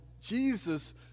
Jesus